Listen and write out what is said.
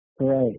Right